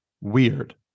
WEIRD